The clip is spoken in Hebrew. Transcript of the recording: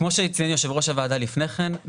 כמו שציין יושב ראש הוועדה לפני כן,